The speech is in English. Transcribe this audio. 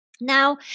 Now